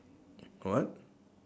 what